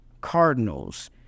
Cardinals